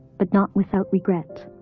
but not without regret.